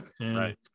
right